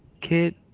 Kid